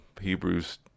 hebrews